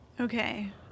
Okay